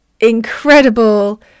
incredible